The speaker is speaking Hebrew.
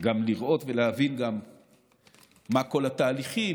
גם לראות ולהבין את כל התהליכים,